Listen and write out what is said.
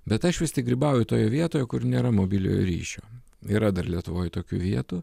bet aš vis tik grybauju toje vietoje kur nėra mobiliojo ryšio yra dar lietuvoj tokių vietų